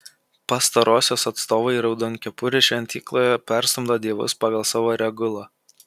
pastarosios atstovai raudonkepurių šventykloje perstumdo dievus pagal savo regulą